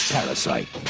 Parasite